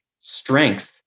strength